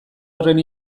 horren